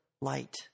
light